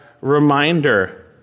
reminder